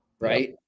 right